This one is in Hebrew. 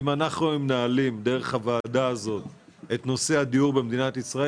אם אנחנו היינו מנהלים דרך הוועדה הזאת את נושא הדיור במדינת ישראל,